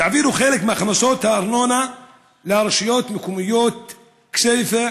יעבירו חלק מהכנסות הארנונה לרשויות המקומיות כסייפה,